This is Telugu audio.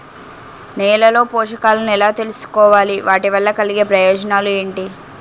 నేలలో పోషకాలను ఎలా తెలుసుకోవాలి? వాటి వల్ల కలిగే ప్రయోజనాలు ఏంటి?